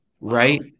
Right